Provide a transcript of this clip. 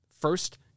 First